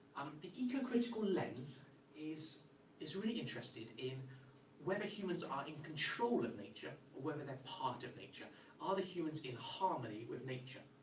the ecocritical lens is is really interested in whether humans are in control of nature, or whether they are part of nature are the humans in harmony with nature?